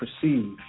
perceive